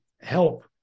help